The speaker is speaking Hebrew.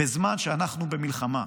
בזמן שאנחנו במלחמה,